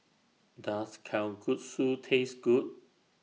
Does Kalguksu Taste Good